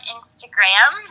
Instagram